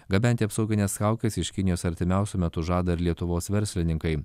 gabenti apsaugines kaukes iš kinijos artimiausiu metu žada ir lietuvos verslininkai